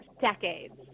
decades